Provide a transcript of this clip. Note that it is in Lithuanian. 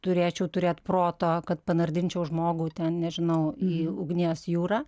turėčiau turėt proto kad panardinčiau žmogų ten nežinau į ugnies jūrą